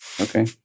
okay